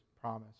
promise